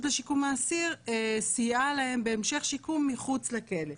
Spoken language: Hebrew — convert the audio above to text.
לשיקום האסיר סייעה להם בהמשך שיקום מחוץ לכלא.